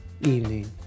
evening